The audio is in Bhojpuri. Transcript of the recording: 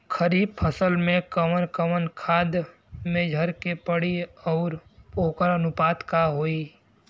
खरीफ फसल में कवन कवन खाद्य मेझर के पड़ी अउर वोकर अनुपात का होई?